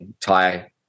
Thai